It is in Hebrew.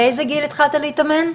באיזה גיל התחלת להתאמן?